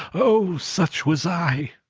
oh! such was i!